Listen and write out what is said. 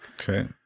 Okay